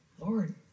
Lord